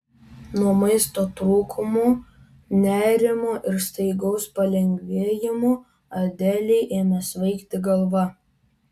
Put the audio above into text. nuo maisto trūkumo nerimo ir staigaus palengvėjimo adelei ėmė svaigti galva